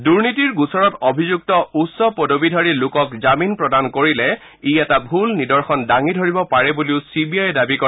দুনীতিৰ গোচৰত অভিযুক্ত উচ্চ পদবীধাৰী লোকক জামীন প্ৰদান কৰিলে ই এটা ভুল নিদৰ্শন দাঙি ধৰিব পাৰেও বুলিও চিবিআইয়ে দাবী কৰে